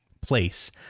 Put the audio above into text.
place